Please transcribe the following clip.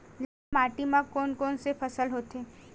लाल माटी म कोन कौन से फसल होथे?